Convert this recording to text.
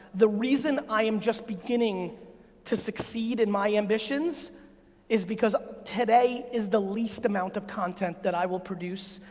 the reason i am just beginning to succeed in my ambitions is because today is the least amount of content that i will produce,